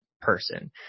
person